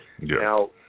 Now